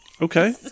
Okay